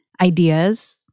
ideas